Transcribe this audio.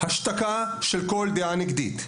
השתקה של כל דעה נגדית,